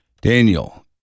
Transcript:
Daniel